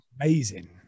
amazing